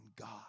God